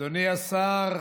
אדוני השר,